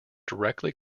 directly